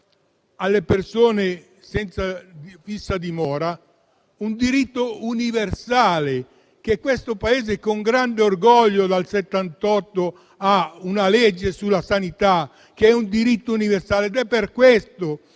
alle persone senza fissa dimora, un diritto universale: questo Paese, con grande orgoglio, dal 1978 ha una legge sulla sanità come diritto universale. È per questo